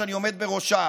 שאני עומד בראשה,